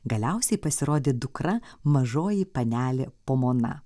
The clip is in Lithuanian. galiausiai pasirodė dukra mažoji panelė pomona